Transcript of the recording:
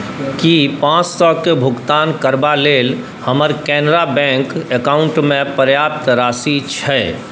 की पांच सए के भुगतान करबा लेल हमर कैनरा बैंक अकाउंटमे पर्याप्त राशि छै